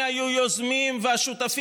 ובראשם